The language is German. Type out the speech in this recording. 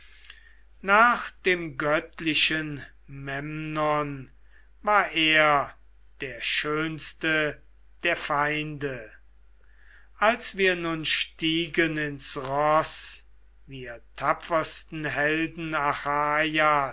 nach dem göttlichen memnon war er der schönste der feinde als wir nun stiegen ins roß wir tapfersten helden